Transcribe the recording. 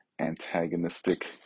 antagonistic